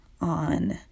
on